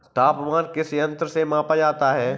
तापमान किस यंत्र से मापा जाता है?